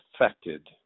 affected